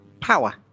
Power